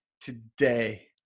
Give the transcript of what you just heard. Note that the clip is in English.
today